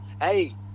Hey